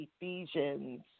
Ephesians